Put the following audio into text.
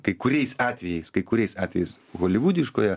kai kuriais atvejais kai kuriais atvejais holivudiškoje